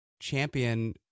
champion